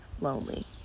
lonely